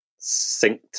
synced